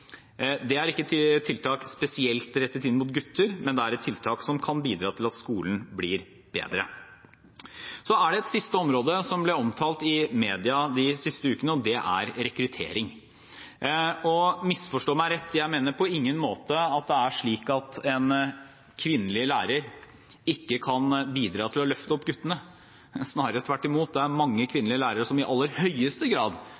Det er ikke tiltak rettet spesielt inn mot gutter, men er et tiltak som kan bidra til at skolen blir bedre. Så er det et siste område som ble omtalt i media de siste ukene, og det er rekruttering. Misforstå meg rett, jeg mener på ingen måte at det er slik at en kvinnelig lærer ikke kan bidra til løfte opp guttene. Snarere tvert imot – det er mange kvinnelige lærere som i aller høyeste grad